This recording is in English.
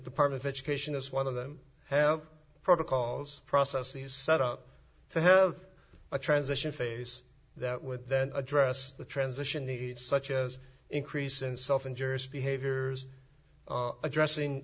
department of education is one of them have protocols processes set up to have a transition phase that with then address the transition needs such as increase in self injurious behaviors are addressing